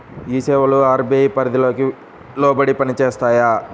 ఈ సేవలు అర్.బీ.ఐ పరిధికి లోబడి పని చేస్తాయా?